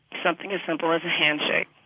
something as simple as a handshake